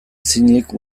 ezinik